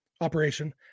operation